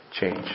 Change